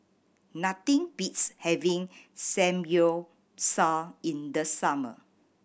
nothing beats having Samgyeopsal in the summer